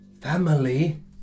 Family